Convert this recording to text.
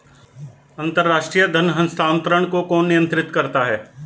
अंतर्राष्ट्रीय धन हस्तांतरण को कौन नियंत्रित करता है?